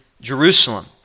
Jerusalem